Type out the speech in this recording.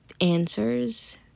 answers